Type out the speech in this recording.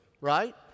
right